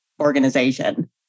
organization